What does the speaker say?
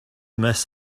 miss